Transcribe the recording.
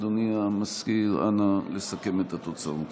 אדוני המזכיר, אנא סכם את התוצאות.